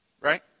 Right